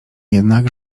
jednak